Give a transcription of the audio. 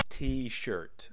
t-shirt